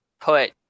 put